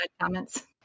comments